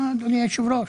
אדוני היושב ראש?